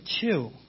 two